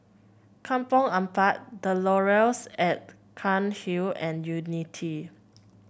Kampong Ampat The Laurels at Cairnhill and Unity